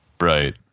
Right